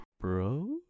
Bro